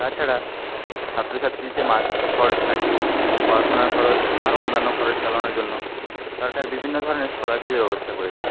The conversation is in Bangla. তাছাড়া ছাত্রছাত্রীদর যে মাস খরচ থাকে পড়াশোনার খরচ এবং আরও অন্যান্য খরচ চালানোর জন্য সরকার বিভিন্নধরনের স্কলারশিপের ব্যবস্থা করেছেন